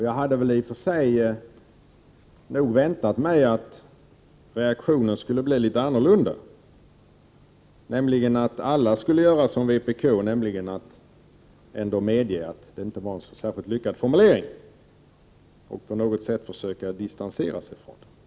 Jag hade i och för sig nog väntat mig att reaktionen skulle bli något annorlunda, nämligen att alla liksom vpk skulle medge att detta inte var en särskilt lyckad formulering, och att man på något sätt skulle försöka distansera sig från det uttalandet.